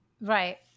Right